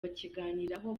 bakiganiraho